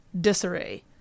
disarray